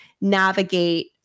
navigate